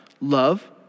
Love